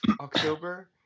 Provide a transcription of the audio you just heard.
October